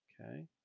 okay